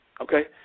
Okay